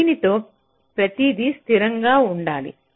దీనితో ప్రతిదీ స్థిరంగా ఉండాలి